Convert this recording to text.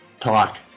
talk